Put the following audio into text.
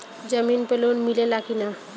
जमीन पे लोन मिले ला की ना?